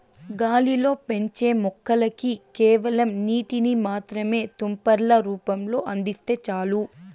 గాలిలో పెంచే మొక్కలకి కేవలం నీటిని మాత్రమే తుంపర్ల రూపంలో అందిస్తే చాలు